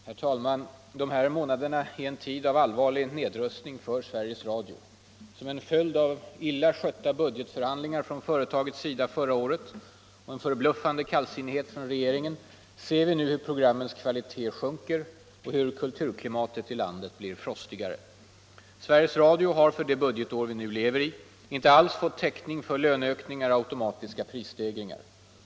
Herr talman! De här månaderna är en tid av allvarlig nedrustning för Sveriges Radio. Som en följd av illa skötta budgetförhandlingar från företagets sida förra året och en förbluffande kallsinnighet från regeringen ser vi nu hur programmens kvalitet sjunker och hur kulturklimatet i landet blir frostigare. Sveriges Radio har för det budgetår vi nu lever i inte alls fått täckning för löneökningar och automatiska prisstegringar.